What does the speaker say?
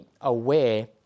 aware